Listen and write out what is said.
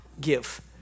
Give